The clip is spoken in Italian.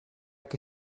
che